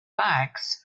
bags